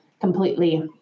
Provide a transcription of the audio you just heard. completely